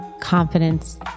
confidence